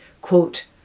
quote